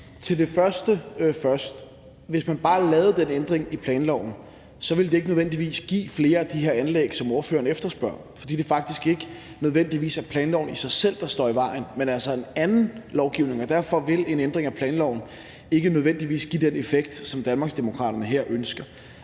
vil jeg først sige, at hvis man bare lavede den ændring i planloven, ville det ikke nødvendigvis give flere af de her anlæg, som ordføreren efterspørger, fordi det faktisk ikke nødvendigvis er planloven i sig selv, der står i vejen, men altså en anden lovgivning. Derfor vil en ændring af planloven ikke nødvendigvis give den effekt, som Danmarksdemokraterne ønsker